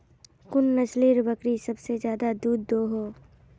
कुन नसलेर बकरी सबसे ज्यादा दूध दो हो?